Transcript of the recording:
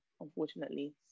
unfortunately